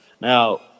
now